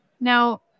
Now